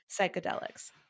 psychedelics